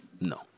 No